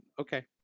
okay